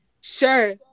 Sure